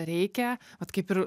reikia vat kaip ir